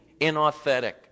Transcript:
inauthentic